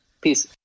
Peace